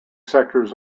sectors